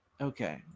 Okay